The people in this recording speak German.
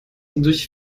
durch